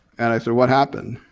and i said what happened.